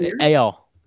AL